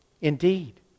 Indeed